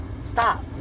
stop